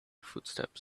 footsteps